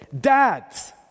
dads